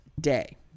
day